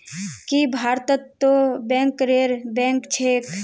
की भारतत तो बैंकरेर बैंक छेक